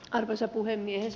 arvoisa puhemies